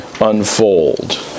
unfold